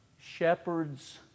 Shepherds